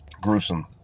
gruesome